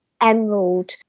emerald